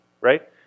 right